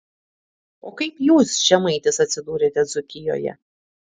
o kaip jūs žemaitis atsidūrėte dzūkijoje